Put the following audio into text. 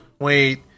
wait